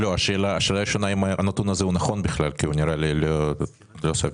השאלה אם הנתון הזה הוא נכון כי הוא נראה לי לא סביר.